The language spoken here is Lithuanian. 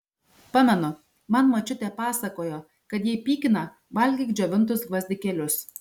pamenu man močiutė pasakojo kad jei pykina valgyk džiovintus gvazdikėlius